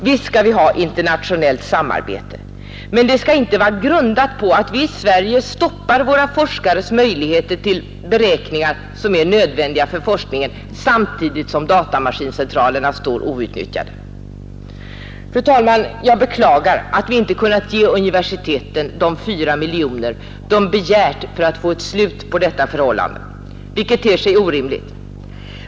Visst skall vi ha internationellt samarbete — men det skall inte vara grundat på att vi i Sverige stoppar våra forskares möjligheter till beräkningar som är nödvändiga för forskningen samtidigt som våra egna datamaskincentraler står outnyttjade. Fru talman! Jag beklagar att vi inte kunnat ge universiteten de 4 miljoner de begärt för att få slut på detta förhållande — vilket ter sig orimligt.